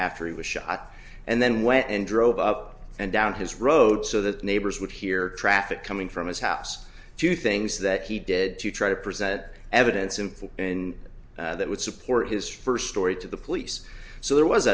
after he was shot and then went and drove up and down his road so that neighbors would hear traffic coming from his house to things that he did to try to present evidence in full and that would support his first story to the police so there was